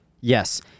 Yes